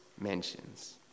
mentions